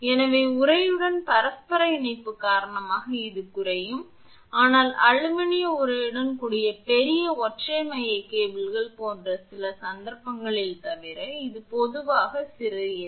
எனவே உறையுடன் பரஸ்பர இணைப்பு காரணமாக இது குறையும் ஆனால் அலுமினிய உறையுடன் கூடிய பெரிய ஒற்றை மைய கேபிள்கள் போன்ற சில சந்தர்ப்பங்களில் தவிர இது பொதுவாக சிறியது